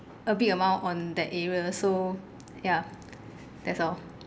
a big amount on that area so ya that's all